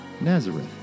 Nazareth